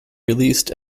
released